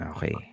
Okay